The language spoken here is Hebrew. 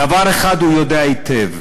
דבר אחד הוא יודע היטב,